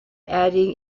adding